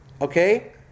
Okay